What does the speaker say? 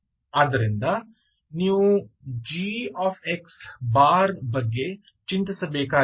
ಆದ್ದರಿಂದ ನೀವು g ಬಗ್ಗೆ ಚಿಂತಿಸಬೇಕಾಗಿಲ್ಲ